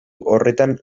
horretan